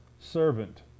servant